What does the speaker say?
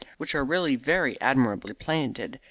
which are really very admirably painted,